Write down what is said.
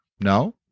No